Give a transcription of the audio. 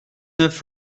neuf